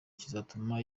kizatuma